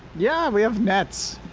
yeah, we have nets.